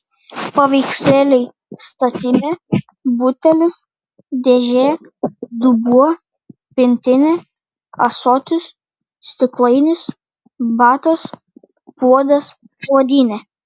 paveikslėliai statinė butelis dėžė dubuo pintinė ąsotis stiklainis batas puodas puodynė